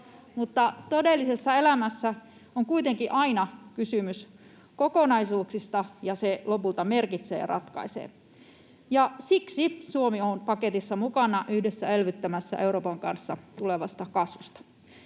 todellisessa elämässä on kuitenkin aina kysymys kokonaisuuksista, ja se lopulta merkitsee ja ratkaisee. Siksi Suomi on paketissa mukana elvyttämässä yhdessä Euroopan kanssa tulevaa kasvua.